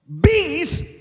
bees